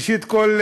ראשית כול,